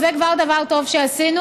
זה כבר דבר טוב שעשינו,